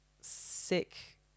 sick